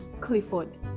Clifford